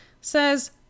says